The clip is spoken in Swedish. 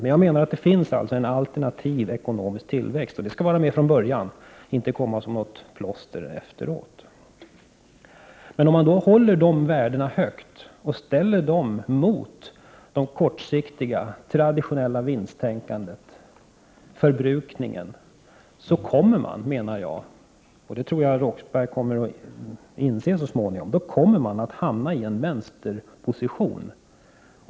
Jag menar alltså att det finns en alternativ ekonomisk tillväxt — och den skall vara med från början, inte komma som plåster efteråt. Om man håller dessa värden högt och ställer dem emot det traditionella, kortsiktiga vinstoch förbrukningstänkandet, så kommer man — och det tror jag Claes Roxbergh kommer att inse så småningom — att hamna i en vänsterposition.